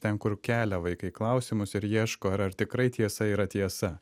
ten kur kelia vaikai klausimus ir ieško ar ar tikrai tiesa yra tiesa